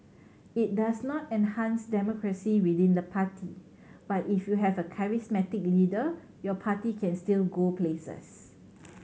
it does not enhance democracy within the party but if you have a charismatic leader your party can still go places